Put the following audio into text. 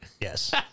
Yes